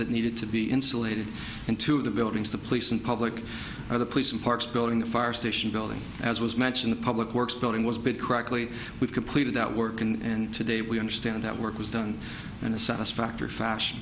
that needed to be insulated into the buildings the police and public other police and parks building the fire station building as was mentioned the public works building was built correctly we completed that work and today we understand that work was done in a satisfactory fashion